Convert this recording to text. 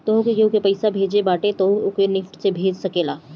तोहके केहू के पईसा भेजे के बाटे तअ तू ओके निफ्ट से भेज सकेला